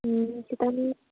ꯈꯤꯇꯪ